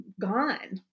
gone